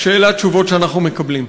היא שאלה התשובות שאנחנו מקבלים.